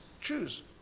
choose